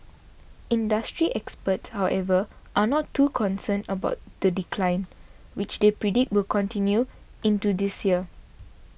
industry experts however are not too concerned about the decline which they predict will continue into this year